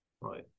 right